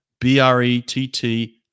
B-R-E-T-T